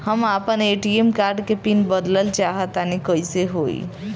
हम आपन ATM card के पीन बदलल चाहऽ तनि कइसे होई?